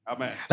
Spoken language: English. Amen